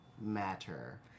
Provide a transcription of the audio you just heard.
matter